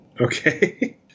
Okay